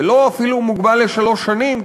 זה אפילו לא מוגבל לשלוש שנים,